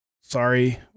sorry